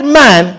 man